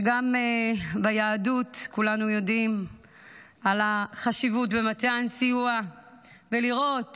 וגם ביהדות כולנו יודעים על החשיבות לתת סיוע ולראות